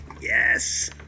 yes